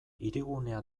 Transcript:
hirigunea